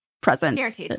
presence